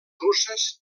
russes